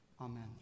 Amen